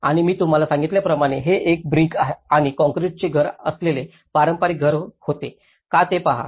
आणि मी तुम्हाला सांगितल्याप्रमाणे हे एक ब्रिक आणि काँक्रीटचे घर असलेले पारंपारिक घर होते का ते पहा